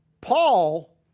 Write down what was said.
Paul